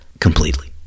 Completely